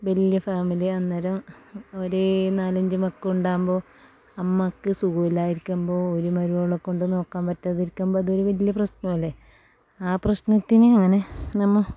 വലിയ ഫാമിലിയാണ് അന്നേരം ഒരു നാലഞ്ച് മക്കളുണ്ടാകുമ്പോൾ അമ്മക്ക് സുഖമില്ലായിരിക്കുമ്പോൾ ഒരു മരുമകളെ കൊണ്ട് നോക്കാതിരിക്കുമ്പോൾ അതൊരു വലിയ പ്രശ്നമല്ലേ ആ പ്രശ്നത്തിന് അങ്ങനെ നമ്മ